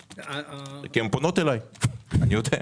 נכון, הן פונות אליי ואני יודע.